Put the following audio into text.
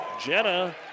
Jenna